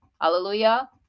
Hallelujah